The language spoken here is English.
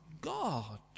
God